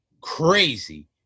crazy